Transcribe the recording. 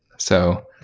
so,